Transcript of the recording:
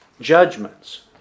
judgments